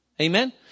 Amen